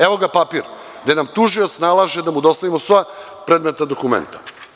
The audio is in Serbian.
Evo ga papir gde nam tužilac nalaže da mu dostavimo sva predmetna dokumenta.